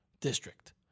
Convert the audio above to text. district